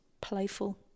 playful